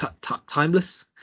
timeless